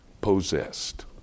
possessed